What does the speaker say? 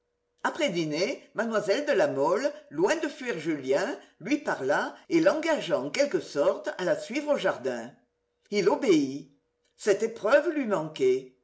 après dîner mlle de la mole loin de fuir julien lui parla et l'engagea en quelque sorte à la suivre au jardin il obéit cette épreuve lui manquait